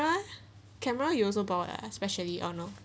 camera you also bought ah especially or not